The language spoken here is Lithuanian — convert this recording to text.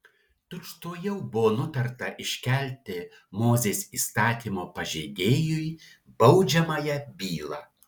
tučtuojau buvo nutarta iškelti mozės įstatymo pažeidėjui baudžiamąją bylą